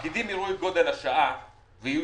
הפקידים יראו את גודל השעה ויהיו